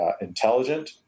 intelligent